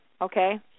okay